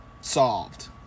solved